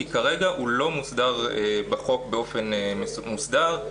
כי כרגע הוא לא מוסדר בחוק באופן מוסדר.